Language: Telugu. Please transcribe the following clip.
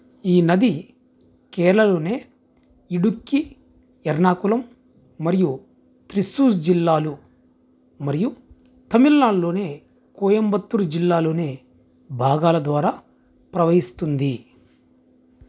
ఈ నది కేర్ళలోనే ఇడుక్కి ఎర్నాకుళం మరియు త్రిస్సూర్ జిల్లాలు మరియు తమిళ్నాడ్లోని కోయంబత్తూర్ జిల్లాలోని భాగాల ద్వారా ప్రవహిస్తుంది